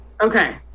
Okay